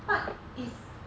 what is